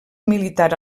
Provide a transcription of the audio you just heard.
militar